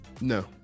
No